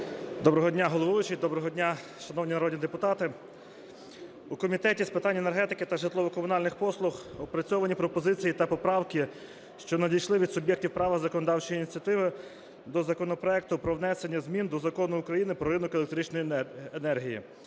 Доброго дня, головуючий! Доброго дня, шановні народні депутати! У Комітеті з питань енергетики та житлово-комунальних послуг опрацьовані пропозиції та поправки, що надійшли від суб'єктів права законодавчої ініціативи до законопроекту про внесення змін до Закону України "Про ринок електричної енергії"